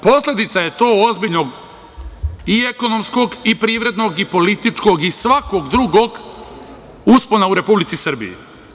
Posledica je to ozbiljnog i ekonomskog i privrednog i političkog i svakog drugog uspona u Republici Srbiji.